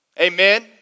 Amen